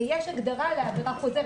יש הגדרה ל"עבירה חוזרת".